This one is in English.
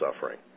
suffering